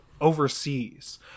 overseas